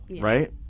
right